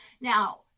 Now